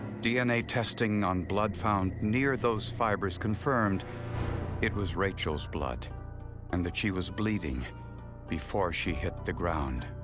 dna testing on blood found near those fibers confirmed it was rachel's blood and that she was bleeding before she hit the ground.